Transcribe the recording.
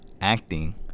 Acting